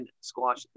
Squash